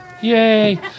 Yay